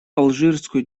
алжирскую